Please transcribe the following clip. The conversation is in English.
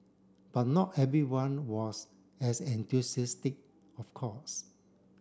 but not everyone was as enthusiastic of course